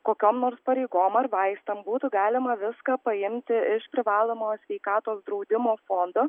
kokiom nors pareigom ar vaistam būtų galima viską paimti iš privalomojo sveikatos draudimo fondo